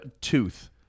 Tooth